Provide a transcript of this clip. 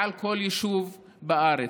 ועל כל יישוב בארץ.